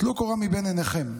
טלו קורה מבין עיניכם.